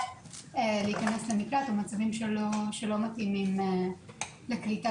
להיכנס למקלט במצבים שלא מתאימים לקליטה